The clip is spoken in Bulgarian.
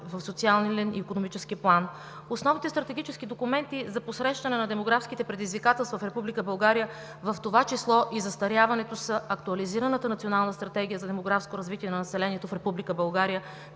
в социален и икономически план. Основните стратегически документи за посрещане на демографските предизвикателства в Република България, в това число и застаряването, са актуализираната Национална стратегия за демографско развитие на населението в